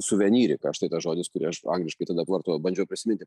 suvenyrika štai tas žodis kurį aš angliškai tada pavartojau bandžiau prisiminti